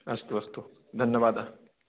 अस्तु अस्तु धन्यवादः